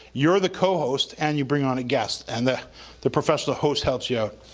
you're the co-host and you bring on a guest and the the professional host helps you out.